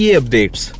updates